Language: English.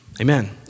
Amen